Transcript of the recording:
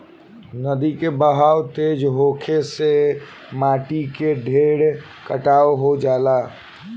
नदी के बहाव तेज होखे से माटी के ढेर कटाव हो जाला